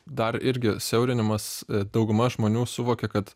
dar irgi siaurinimas dauguma žmonių suvokia kad